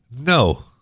No